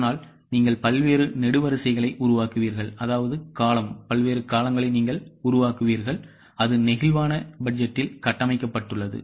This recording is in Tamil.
அதனால் நீங்கள் பல்வேறு நெடுவரிசைகளை உருவாக்குவீர்கள் அது நெகிழ்வான பட்ஜெட்டில் கட்டமைக்கப்பட்டுள்ளது